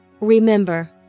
Remember